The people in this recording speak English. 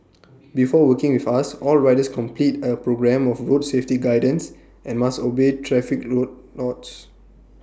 before working with us all riders complete A programme of road safety guidance and must obey traffic road laws